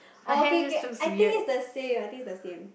oh okay okay I think it's the same I think it's the same